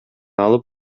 алып